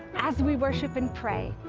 as we worship and pray,